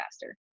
faster